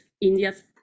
India's